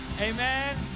Amen